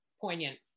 poignant